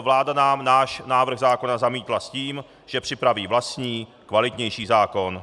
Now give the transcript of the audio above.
Vláda nám náš návrh zákona zamítla s tím, že připraví vlastní, kvalitnější zákon.